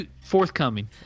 forthcoming